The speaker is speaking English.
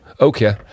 Okay